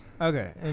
Okay